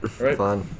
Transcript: Right